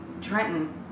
Trenton